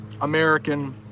American